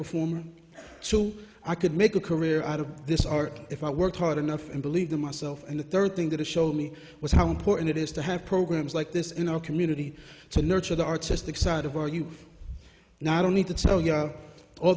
performer so i could make a career out of this art if i worked hard enough and believed in myself and the third thing that it showed me was how important it is to have programs like this in our community to nurture the artistic side of our youth now i don't need to tell you all